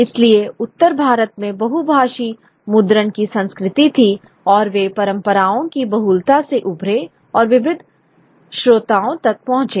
इसलिए उत्तर भारत में बहुभाषी मुद्रण की संस्कृति थी और वे परंपराओं की बहुलता से उभरे और विविध श्रोताओं तक पहुंचे